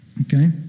Okay